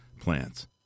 plants